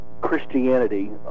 Christianity